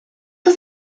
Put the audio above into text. was